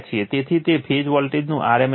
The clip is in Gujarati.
તેથી તે ફેઝ વોલ્ટેજનું rms વેલ્યુ છે